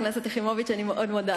חברת הכנסת יחימוביץ, אני מאוד מודה לך.